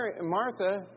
Martha